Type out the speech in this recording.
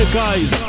guys